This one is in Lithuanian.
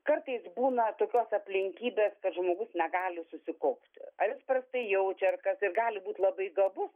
kartais būna tokios aplinkybės kad žmogus negali susikaupt ar jis prastai jaučia ar kas ir gali būt labai gabus